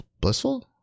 Blissful